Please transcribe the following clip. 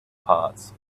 parts